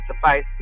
suffice